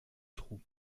trou